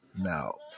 Now